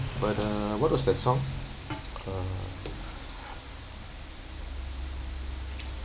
but uh what was that song uh